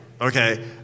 okay